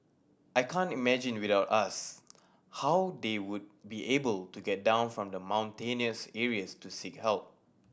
I can't imagine without us how they would be able to get down from the mountainous areas to seek help